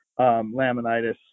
laminitis